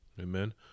amen